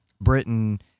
Britain